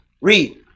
Read